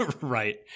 Right